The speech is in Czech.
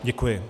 Děkuji.